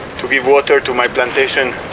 to give watered to my plantation.